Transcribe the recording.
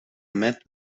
met